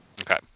Okay